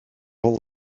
all